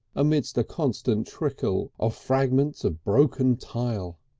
amidst a constant trickle of fragments of broken tile.